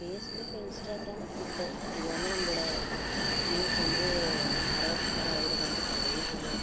Facebook Instagram Twitter இது வந்து நம்மளோடய நியூஸ் வந்து பரவுதற்கான ஊடகம் வந்து கிடையவே கிடையாது